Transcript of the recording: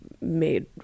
made